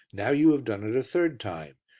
now you have done it a third time.